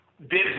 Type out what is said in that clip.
business